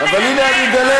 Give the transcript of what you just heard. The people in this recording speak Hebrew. אז את אולי יודעת.